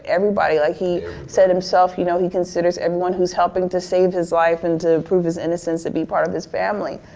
everybody. like he said himself, you know he considers everyone who's helping to save his life and to prove his innocence to be part of his family.